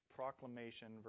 proclamation